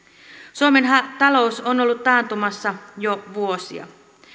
suomen talous on ollut taantumassa jo vuosia